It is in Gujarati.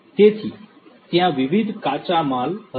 તેથી ત્યાં વિવિધ કાચા માલ હશે